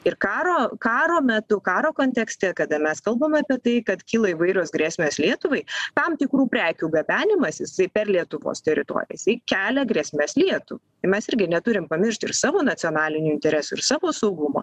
ir karo karo metu karo kontekste kada mes kalbam apie tai kad kyla įvairios grėsmės lietuvai tam tikrų prekių gabenimas jisai per lietuvos teritoriją jisai kelia grėsmes lietuvai mes irgi neturim pamiršti ir savo nacionalinių interesų ir savo saugumo